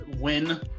win